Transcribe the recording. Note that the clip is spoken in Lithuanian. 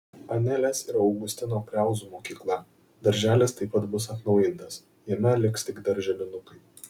anelės ir augustino kriauzų mokykla darželis taip pat bus atnaujintas jame liks tik darželinukai